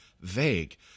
vague